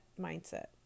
mindset